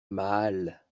mal